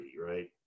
right